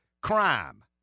Crime